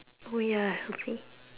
oh ya healthy